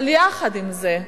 אבל יחד עם זה,